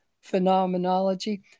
phenomenology